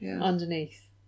underneath